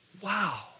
Wow